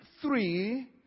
three